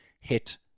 hit